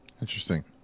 Interesting